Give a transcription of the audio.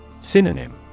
Synonym